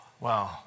Wow